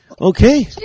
Okay